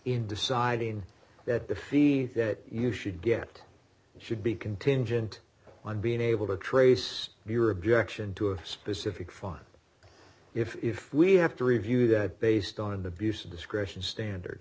in deciding that defeat that you should get should be contingent on being able to trace your objection to a specific fine if we have to review that based on an abuse of discretion standard